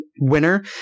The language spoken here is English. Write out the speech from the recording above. winner